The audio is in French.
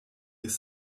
les